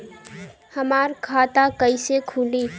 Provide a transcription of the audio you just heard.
हमार खाता कईसे खुली?